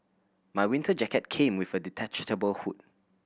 my winter jacket came with a detachable hood